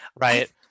right